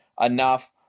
enough